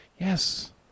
Yes